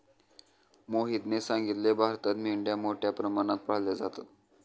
मोहितने सांगितले, भारतात मेंढ्या मोठ्या प्रमाणात पाळल्या जातात